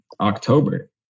October